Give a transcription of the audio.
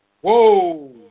Whoa